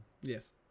Yes